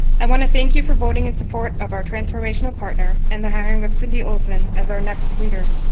i want to thank you for voting in support of our transformational partner and the hiring of cindy olsen as our next leader.